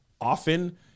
often